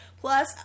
Plus